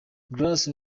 grace